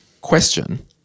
Question